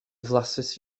flasus